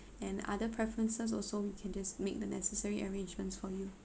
and other preferences also we can just make the necessary arrangements for you